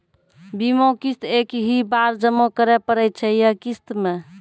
बीमा किस्त एक ही बार जमा करें पड़ै छै या किस्त मे?